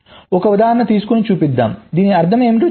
ఒక ఉదాహరణ తీసుకొని చూపిద్దాం దీని అర్థం ఏమిటో చెప్పండి